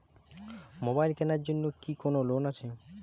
Mobile কেনার জন্য কি কোন লোন আছে?